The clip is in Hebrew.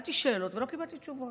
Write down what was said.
שאלתי שאלות ולא קיבלתי תשובות.